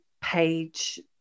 page